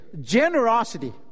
Generosity